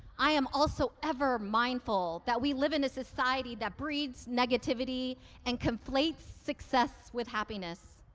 i am also ever mindful that we live in a society that breeds negativity and conflates success with happiness.